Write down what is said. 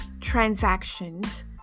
transactions